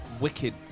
wicked